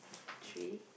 three